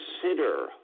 consider